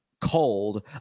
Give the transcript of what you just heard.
cold